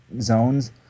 zones